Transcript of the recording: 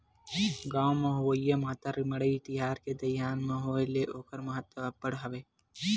गाँव म होवइया मातर मड़ई तिहार के दईहान म होय ले ओखर महत्ता अब्बड़ हवय